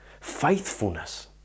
faithfulness